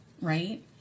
right